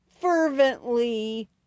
fervently